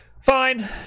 fine